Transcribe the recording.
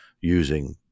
using